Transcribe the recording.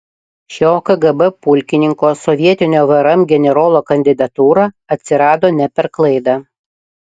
šio kgb pulkininko sovietinio vrm generolo kandidatūra atsirado ne per klaidą